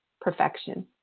perfection